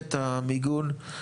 מנהלת המיגון.